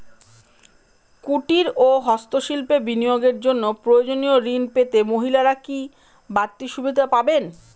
কুটীর ও হস্ত শিল্পে বিনিয়োগের জন্য প্রয়োজনীয় ঋণ পেতে মহিলারা কি বাড়তি সুবিধে পাবেন?